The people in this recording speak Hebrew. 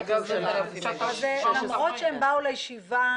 למרות שהם באו לישיבה